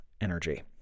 energy